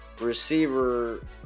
receiver